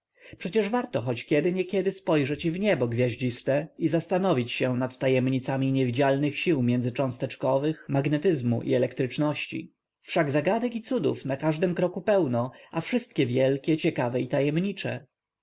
przecież warto choć kiedy niekiedy spojrzeć i w niebo gwiaździste i zastanowić się nad tajemnicami niewidzialnych sił międzycząsteczkowych magnetyzmu i elektryczności wszak zagadek i cudów na każdym kroku pełno a wszystkie wielkie ciekawe i tajemnicze